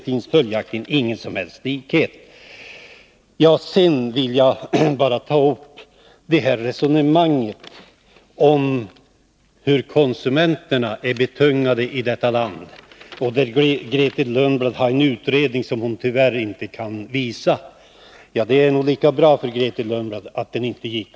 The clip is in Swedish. Låt mig sedan ta upp resonemanget om hur tyngda konsumenterna är i detta land. Grethe Lundblad har en utredning, som hon tyvärr inte kan visa, men det är nog lika bra att det inte går.